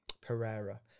Pereira